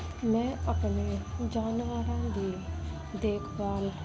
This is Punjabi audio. ਮੈਂ ਆਪਣੇ ਜਾਨਵਰਾਂ ਦੀ ਦੇਖਭਾਲ